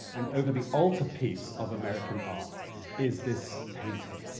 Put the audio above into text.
and over the altarpiece of american art is this painting,